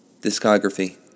Discography